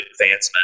advancement